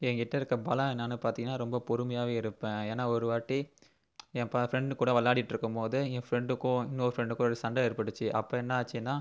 என்கிட்ட இருக்கிற பலம் என்னனு பார்த்திங்கனா ரொம்ப பொறுமையாகவே இருப்பேன் ஏன்னால் ஒரு வாட்டி என் ஃப்ரெண்ட் கூட விளையாடிகிட்டு இருக்கும்போது என் ஃப்ரெண்டுக்கும் இன்னொரு ஃப்ரெண்டுக்கும் சண்டை ஏற்பட்டுச்சி அப்போ என்ன ஆச்சுன்னா